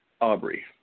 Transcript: Aubrey